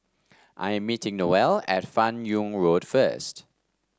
I am meeting Noelle at Fan Yoong Road first